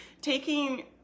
taking